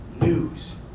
news